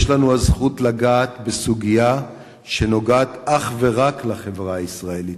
יש לנו הזכות לגעת בסוגיה שנוגעת אך ורק לחברה הישראלית.